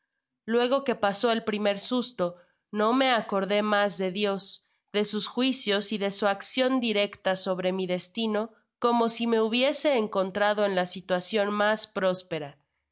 luego que pasó el primer susto no me acordé mas de dios de sus juicios y de su acción directa sobre mi destino como si me hubiese encontrado en la situacion mas prósperas